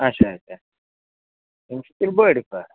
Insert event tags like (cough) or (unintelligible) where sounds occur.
اچھا اچھا یِم چھِ تیٚلہِ بٔڑۍ (unintelligible)